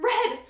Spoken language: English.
Red